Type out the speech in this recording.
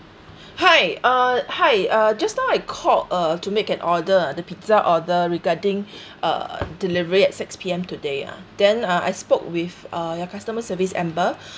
hi uh hi uh just now I called uh to make an order ah the pizza order regarding uh delivery at six P_M today ah then ah I spoke with uh your customer service amber